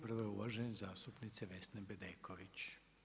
Prva je uvažene zastupnice Vesne Bedeković.